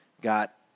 got